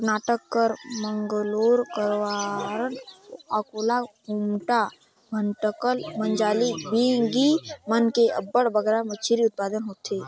करनाटक कर मंगलोर, करवार, अकोला, कुमटा, भटकल, मजाली, बिंगी मन में अब्बड़ बगरा मछरी उत्पादन होथे